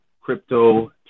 crypto